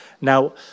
now